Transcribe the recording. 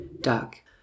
dark